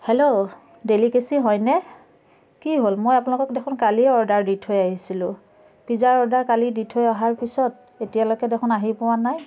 hello ডেলিকেছি হয়নে কি হ'ল মই আপোনালোকক দেখোন কালিয়ে অৰ্ডাৰ দি থৈ আহিছিলোঁ পিজ্জাৰ অৰ্ডাৰ কালি দি থৈ অহাৰ পিছত এতিয়ালৈকে দেখোন আহি পোৱা নাই